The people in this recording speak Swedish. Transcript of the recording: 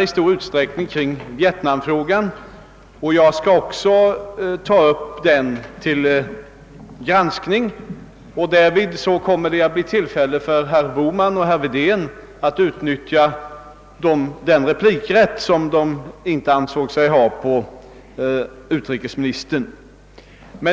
i stor utsträckning kretsar kring vietnamfrågan, och jag skall också ta upp den till granskning. Därvid kommer det att bli tillfälle för herr Bohman och herr Wedén att utnyttja den replikrätt som de inte hade efter utrikesministerns senaste anförande.